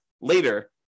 later